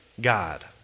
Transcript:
God